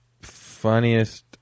funniest